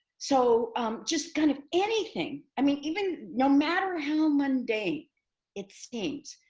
so just kind of anything. i mean, even no matter how mundane it seems,